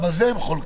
גם על זה הם חולקים,